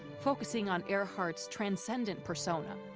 focusing on earhart's transcendent persona.